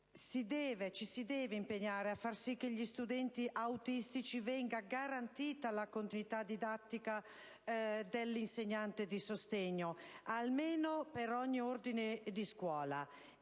ci si deve impegnare per fare in modo che agli studenti autistici venga garantita la continuità didattica dell'insegnante di sostegno, almeno per ogni ordine di scuola,